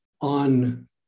on